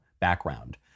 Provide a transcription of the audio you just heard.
background